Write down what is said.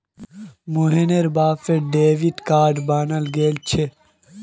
मोहनेर बापेर debit card बने गेल छे